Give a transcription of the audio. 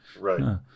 right